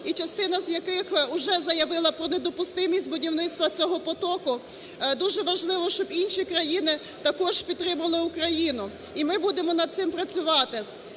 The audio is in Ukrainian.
І частина з яких вже заявила про недопустимість будівництва цього потоку. Дуже важливо, щоб інші країни також підтримували Україну і ми будемо над цим працювати.